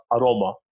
Aroma